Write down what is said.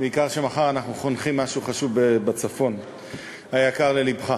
בעיקר שמחר אנחנו חונכים משהו חשוב בצפון היקר ללבך.